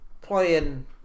playing